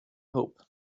hope